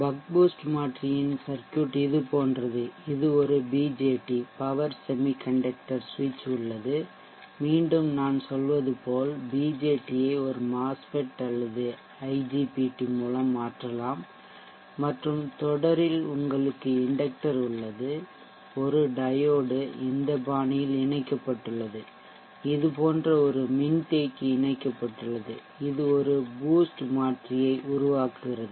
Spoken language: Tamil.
பக் பூஸ்ட் மாற்றியின் சர்க்யூட் இது போன்றது இது ஒரு பிஜேடி பவர் செமிகண்டக்டர் சுவிட்ச் உள்ளது மீண்டும் நான் சொல்வது போல் பிஜேடியை ஒரு மாஸ்ஃபெட் அல்லது ஐஜிபிடி மூலம் மாற்றலாம் மற்றும் தொடரில் உங்களுக்கு இண்டக்டர் உள்ளது ஒரு டையோடு இந்த பாணியில் இணைக்கப்பட்டுள்ளது இது போன்ற ஒரு மின்தேக்கி இணைக்கப்பட்டுள்ளது இது ஒரு பூஸ்ட் மாற்றி ஐ உருவாக்குகிறது